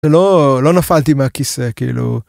לא, לא נפלתי מהכיסא כאילו.